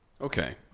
Okay